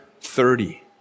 thirty